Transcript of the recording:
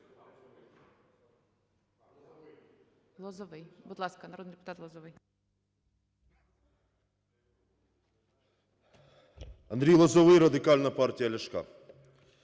Андрій Лозовой, Радикальна партія Ляшка.